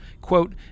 quote